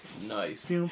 Nice